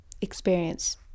experience